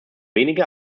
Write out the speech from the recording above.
wenige